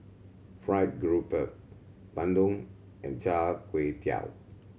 fried grouper bandung and Char Kway Teow